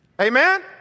amen